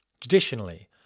Traditionally